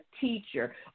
teacher